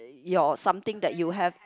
your something that you have